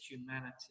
humanity